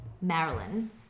Marilyn